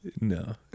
No